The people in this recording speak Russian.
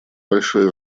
большое